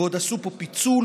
ועוד עשו פה פיצול,